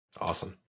Awesome